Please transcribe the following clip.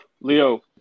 Leo